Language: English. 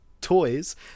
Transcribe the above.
toys